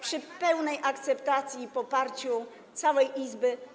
przy pełnej akceptacji i poparciu całej Izby.